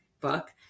book